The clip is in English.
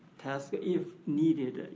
tasks if needed.